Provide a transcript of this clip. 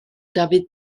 dafydd